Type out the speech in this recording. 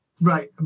Right